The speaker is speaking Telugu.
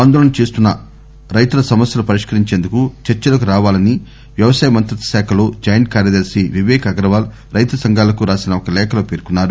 ఆందోళన చేస్తున్న రైతుల సమస్యలు పరిష్కరించేందుకు చర్చలకు రావాలని వ్యవసాయ మంత్రిత్వ శాఖలో జాయింట్ కార్యదర్శి విపేక్ అగర్వాల్ రైతు సంఘాలకు రాసిన ఒక లేఖలో పేర్కొన్నారు